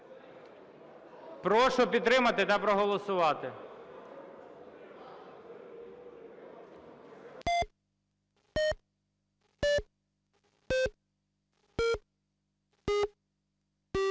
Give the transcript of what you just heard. Прошу підтримати та проголосувати.